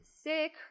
sick